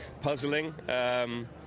puzzling